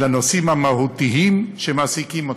לנושאים המהותיים שמעסיקים אותנו.